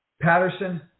Patterson